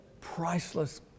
priceless